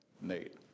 Nate